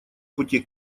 пути